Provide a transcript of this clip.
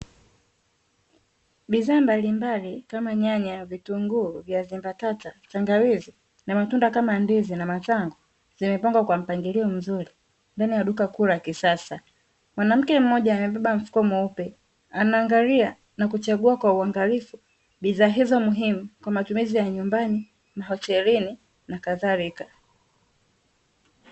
Bidhaa mbalimbali kama: nyanya, vitunguu, viazi mbatata, tangawizi; na matunda kama: ndizi na matango; zimepangwa kwa mpangilio mzuri ndani ya duka kuu la kisasa. Mwanamke mmoja amebeba mfuko mweupe, anaangalia na kuchagua kwa uangalifu bidhaa hizo muhimu kwa matumizi ya nyumbani, mahotelini na kadhalika.